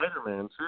Spider-Man